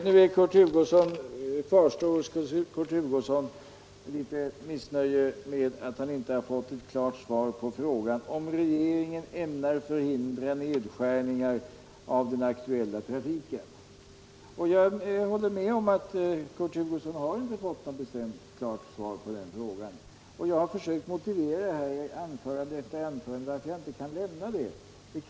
Nu kvarstår hos Kurt Hugosson ett litet missnöje med att han inte fått något klart svar på frågan om regeringen ämnar förhindra nedskärningar av den aktuella trafiken. Jag håller med om att Kurt Hugosson inte har fått något klart svar på den frågan, och jag har i anförande efter anförande försökt motivera varför jag inte kan lämna det.